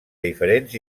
diferents